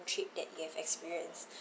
trip that you have experienced